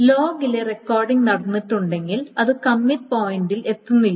ലോഗിലെ recording നടന്നിട്ടില്ലെങ്കിൽ അത് commit പോയിൻറിൽ എത്തുന്നില്ല